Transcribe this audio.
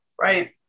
Right